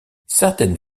certaines